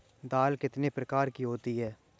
दाल कितने प्रकार की होती है?